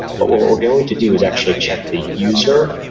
but what what we're going to do is actually check the user,